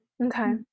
Okay